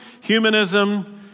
humanism